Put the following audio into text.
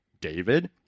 David